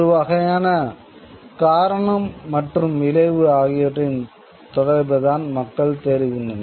ஒரு வகையான 'காரணம் மற்றும் விளைவு' ஆகியவற்றின் தொடர்பைதான் மக்கள் தேடுகின்றனர்